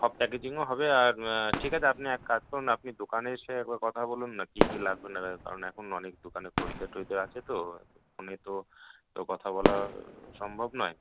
সব প্যাকেজিংও হবে আর ঠিক আছে আপনি এক কাজ করুন আপনি দোকানে এসে একবার কথা বলুন না কী কী লাগবে না লাগবে কারণ এখন অনেক দোকানে খরিদ্দার টরিদ্দার আছে তো ফোনে তো এতো কথা বলা সম্ভব নয়